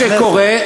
מה שקורה,